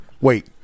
Wait